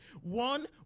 one